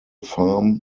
farm